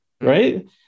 right